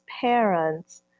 parents